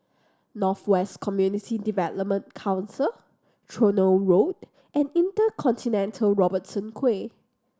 North West Community Development Council Tronoh Road and InterContinental Robertson Quay